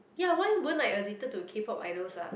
ya why weren't I addicted to K-Pop idols ah